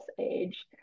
age